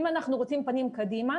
אם אנחנו רוצים פנים קדימה,